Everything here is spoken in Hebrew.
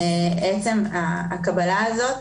עצם הקבלה הזאת,